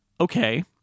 okay